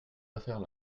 affaires